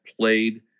played